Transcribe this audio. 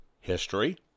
history